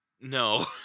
No